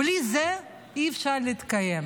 בלי זה אי-אפשר להתקיים.